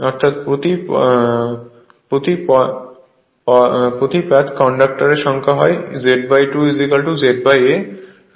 অর্থাৎ প্রত্যেকটি পাথ কন্ডাক্টরের সংখ্যা Z 2 Z A হবে